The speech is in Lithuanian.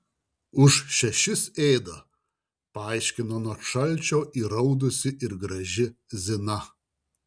už šešis ėda paaiškino nuo šalčio įraudusi ir graži zina